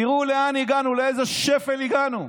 תראו לאן הגענו, לאיזה שפל הגענו.